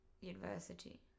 University